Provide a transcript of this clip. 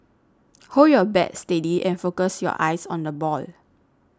hold your bat steady and focus your eyes on the ball